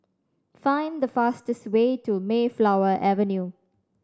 find the fastest way to Mayflower Avenue